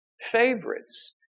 favorites